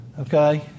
Okay